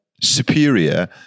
superior